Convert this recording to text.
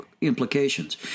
implications